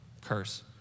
curse